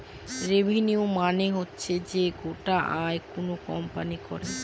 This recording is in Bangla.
রেভিনিউ মানে হচ্ছে যে গোটা আয় কোনো কোম্পানি করে